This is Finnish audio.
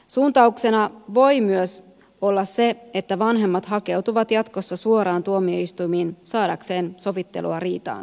suuntauksena voi myös olla se että vanhemmat hakeutuvat jatkossa suoraan tuomioistuimiin saadakseen sovittelua riitaansa